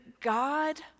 God